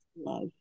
Love